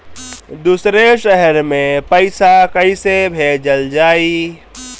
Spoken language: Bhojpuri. दूसरे शहर में पइसा कईसे भेजल जयी?